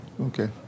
Okay